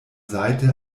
seite